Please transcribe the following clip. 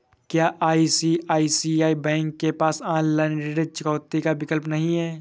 क्या ICICI bank के पास ऑनलाइन ऋण चुकौती का विकल्प नहीं है?